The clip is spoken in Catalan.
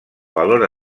valor